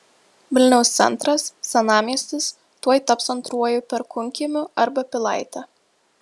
vilniaus centras senamiestis tuoj taps antruoju perkūnkiemiu arba pilaite